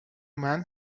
men